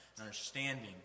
understanding